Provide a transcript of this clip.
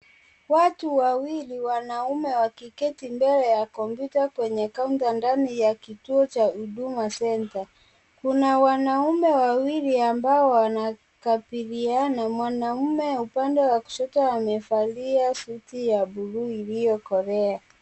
Watu wawili wanaume wakiketi mbele ya kompyuta kwenye counter ya kituo ya huduma center .Kuna wanaume wawili wanaokabidhiana. Mnanaume upande wa kushoto amevalia suti ya buluu iliyokorea.